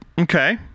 Okay